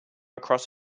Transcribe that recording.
across